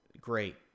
great